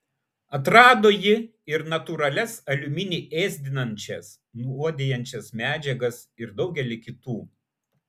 atrado ji ir natūralias aliuminį ėsdinančias nuodijančias medžiagas ir daugelį kitų